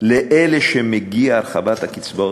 לאלה שמגיע הרחבת הקצבאות,